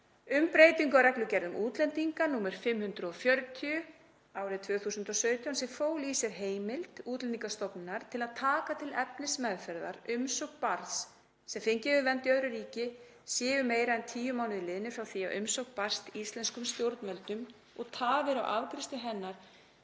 um breytingu á reglugerð um útlendinga, nr. 540/2017, sem fól í sér heimild Útlendingastofnunar til að taka til efnismeðferðar umsókn barns sem fengið hefur vernd í öðru ríki séu meira en tíu mánuðir liðnir frá því að umsókn barst íslenskum stjórnvöldum og tafir á afgreiðslu hennar